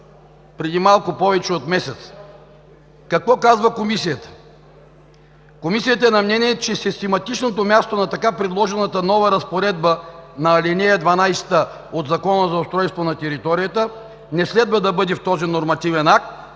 преди малко повече от месец. Какво казва Комисията? Комисията е на мнение, че систематичното място на така предложената нова разпоредба на ал. 12 от Закона за устройство на територията не следва да бъде в този нормативен акт,